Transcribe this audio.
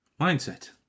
Mindset